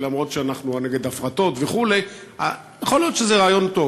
למרות שאנחנו נגד הפרטות וכו'; יכול להיות שזה רעיון טוב,